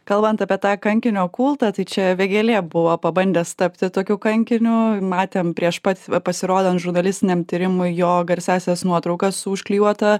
kalbant apie tą kankinio kultą tai čia vėgėlė buvo pabandęs tapti tokiu kankiniu matėm prieš pat pasirodant žurnalistiniam tyrimui jo garsiąsias nuotraukas su užklijuota